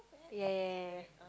ya ya ya